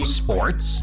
sports